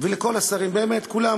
ולכל השרים, באמת לכולם.